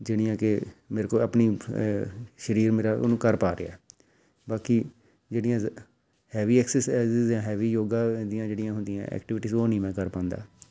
ਜਿਹੜੀਆਂ ਕਿ ਮੇਰੇ ਕੋਲ ਆਪਣੀ ਅ ਸਰੀਰ ਮੇਰਾ ਉਹਨੂੰ ਘਰ ਪਾ ਗਿਆ ਬਾਕੀ ਜਿਹੜੀਆਂ ਹੈਵੀ ਐਕਸਰਸਾਈਜ਼ ਜਾਂ ਹੈਵੀ ਯੋਗਾ ਦੀਆਂ ਜਿਹੜੀਆਂ ਹੁੰਦੀਆਂ ਐਕਟੀਵਿਟੀਜ਼ ਉਹ ਨਹੀਂ ਮੈਂ ਕਰ ਪਾਉਂਦਾ